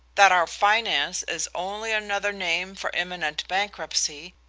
that our finance is only another name for imminent bankruptcy,